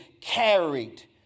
carried